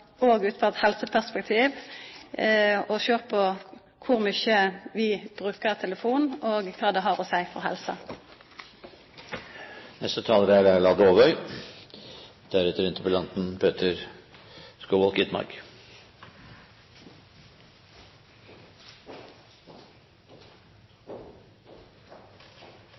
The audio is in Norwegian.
og at vi må avvente innstillinga frå ekspertgruppa. Så er eg einig med Are Helseth i at det er interessant òg ut frå eit helseperspektiv å sjå på kor mykje vi brukar telefon, og kva det har å seia for